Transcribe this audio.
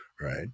right